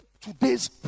Today's